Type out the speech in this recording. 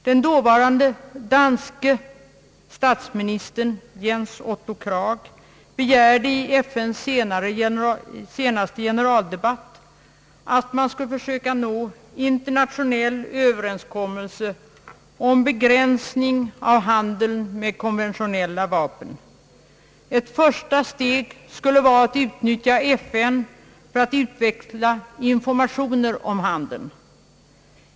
Den förre danske statsministern Jens Otto Krag begärde vid FN:s senaste generaldebatt att man skulle försöka nå internationell överenskommelse om begränsning av handeln med konventionella vapen. Ett första steg skulle vara att utnyttja FN för att utveckla informationer om handeln.